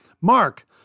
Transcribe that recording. Mark